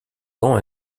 temps